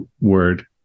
word